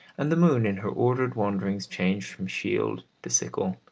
and the moon in her ordered wanderings change from shield to sickle,